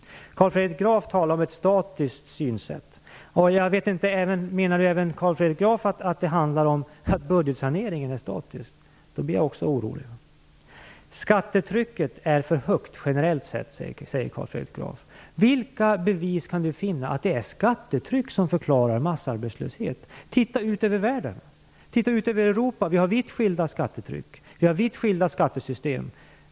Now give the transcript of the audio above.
Carl Fredrik Graf talar om ett statiskt synsätt. Jag vet inte om han menar att även budgetsaneringen är statisk. Då blir jag också orolig. Skattetrycket är för högt generellt sett, säger Carl Fredrik Graf. Vilka bevis kan han finna för att skattetryck förklarar massarbetslöshet? Titta ut över världen! Titta ut över Europa! Vi har vitt skilda skattetryck. Vi har vitt skilda skattesystem.